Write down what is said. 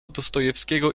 dostojewskiego